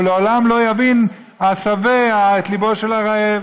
ולעולם לא יבין השבע את ליבו של הרעב.